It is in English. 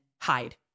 hide